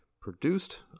produced